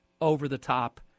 over-the-top